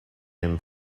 him